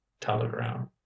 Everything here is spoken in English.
telegram